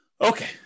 Okay